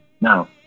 Now